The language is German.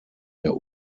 der